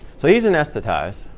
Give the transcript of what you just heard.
so he's anesthetized.